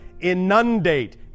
Inundate